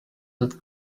with